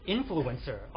Influencer